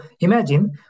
imagine